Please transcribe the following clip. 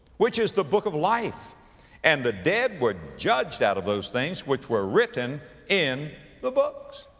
which is the book of life and the dead were judged out of those things which were written in the books.